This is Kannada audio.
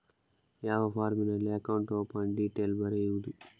ಯಾವ ಫಾರ್ಮಿನಲ್ಲಿ ಅಕೌಂಟ್ ಓಪನ್ ಡೀಟೇಲ್ ಬರೆಯುವುದು?